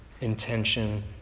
intention